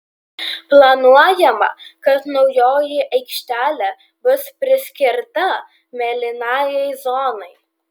planuojama kad naujoji aikštelė bus priskirta mėlynajai zonai